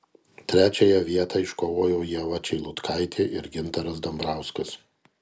trečiąją vietą iškovojo ieva čeilutkaitė ir gintaras dambrauskas